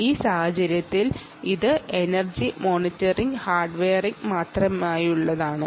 ഈ സാഹചര്യത്തിൽ ഇത് എനർജി മോണിറ്ററിംഗ് ഹാർഡ്വെയറിന് മാത്രമുള്ളതാണ് നമ്മൾ നിർമിച്ചിരിക്കുന്നത്